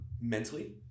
mentally